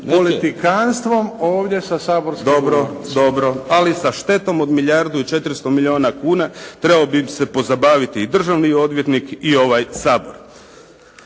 govornice. **Kajin, Damir (IDS)** Dobro, dobro. Ali sa štetom od milijardu i 400 milijuna kuna trebao bi se pozabaviti i državni odvjetnik i ovaj Sabor.